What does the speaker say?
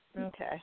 Okay